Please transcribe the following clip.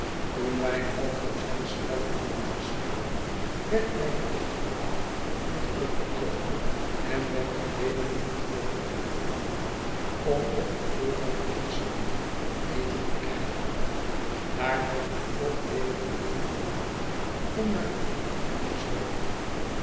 toen wij een half dozijn spellen hadden gespeeld werd mij een dag bepaald om terug te komen en werd ik weder naar het voorplein gebracht om op de vorige hondsche manier eten te krijgen daar werd ik ook weder alleen gelaten om naar believen rond te zwerven